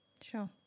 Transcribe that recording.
sure